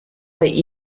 bei